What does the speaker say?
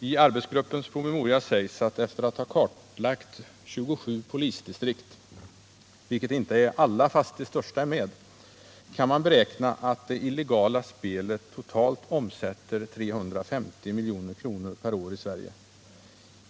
I arbetsgruppens promemoria sägs att man efter att ha kartlagt 27 polisdistrikt, vilket inte är alla — fast de största är med — kan beräkna att det illegala spelet totalt omsätter 350 milj.kr. per år i Sverige.